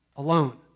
alone